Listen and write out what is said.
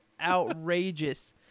outrageous